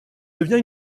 devient